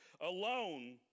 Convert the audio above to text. alone